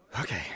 Okay